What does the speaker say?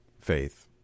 faith